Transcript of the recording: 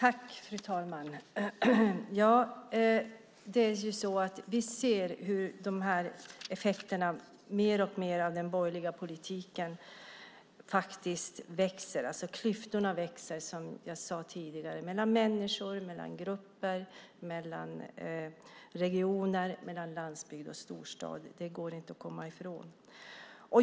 Fru talman! Vi ser mer och mer av effekterna av den borgerliga politiken. Klyftorna växer mellan människor, mellan grupper, mellan regioner, mellan landsbygd och storstad. Det går inte att komma ifrån.